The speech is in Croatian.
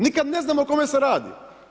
Nikad ne znamo o kome se radi.